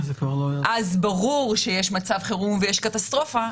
אז ברור שיש מצב חירום ויש קטסטרופה,